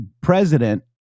president